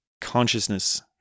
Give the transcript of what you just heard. consciousness